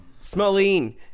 Smolene